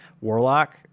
warlock